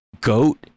goat